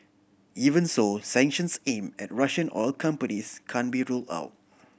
even so sanctions aimed at Russian oil companies can't be ruled out